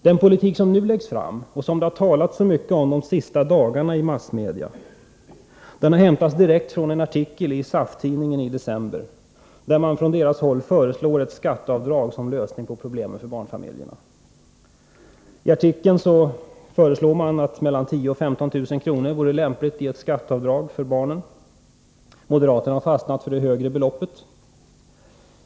Den politik som nu läggs fram av moderaterna och som det har talats så mycket om under de senaste dagarna i massmedia har hämtats direkt från en artikel i SAF-tidningen i december, där man föreslår ett skatteavdrag såsom lösning på problemet med barnfamiljerna. I artikeln föreslås att ett belopp mellan 10000 och 15000 kr. vore lämpligt såsom skatteavdrag för en barnfamilj. Moderaterna har fastnat för det högre beloppet.